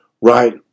Right